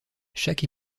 chaque